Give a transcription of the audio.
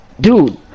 Dude